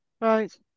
Right